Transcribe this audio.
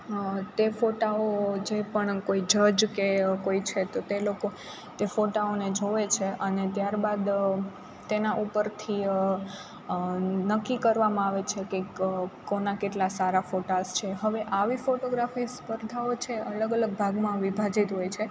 તે ફોટાઓ જે પણ કોઈ જજ કે કોઈ છે તો તે લોકો તે ફોટાઓને જુએ છે અને ત્યારબાદ તેના ઉપરથી નક્કી કરવામાં આવે છે કે કોના કેટલા સારા ફોટાસ છે હવે આવી ફોટોગ્રાફી સ્પર્ધાઓ છે અલગ અલગ ભાગમાં વિભાજિત હોય છે